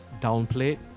downplayed